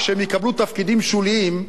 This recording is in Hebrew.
כשהם יקבלו תפקידים שוליים,